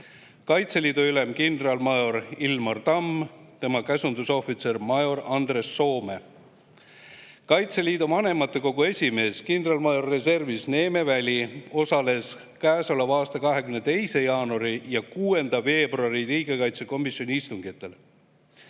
Kaitseliidu ülem kindralmajor Ilmar Tamm, tema käsundusohvitser major Andres Soome. Kaitseliidu vanematekogu esimees kindralmajor reservis Neeme Väli osales käesoleva aasta 22. jaanuari ja 6. veebruari riigikaitsekomisjoni istungil.